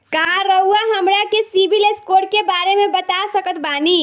का रउआ हमरा के सिबिल स्कोर के बारे में बता सकत बानी?